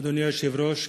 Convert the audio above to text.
אדוני היושב-ראש,